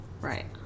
right